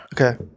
Okay